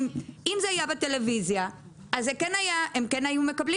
אם זה היה בטלוויזיה הם כן היו מקבלים